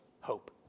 hope